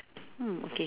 mm okay